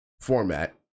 format